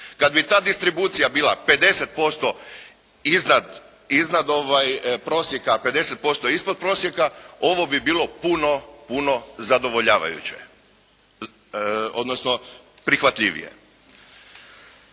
Kad bi ta distribucija bila 50% iznad prosjeka, 50% ispod prosjeka, ovo bi bilo puno, puno zadovoljavajuće odnosno prihvatljivije.